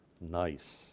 nice